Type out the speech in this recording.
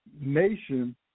nation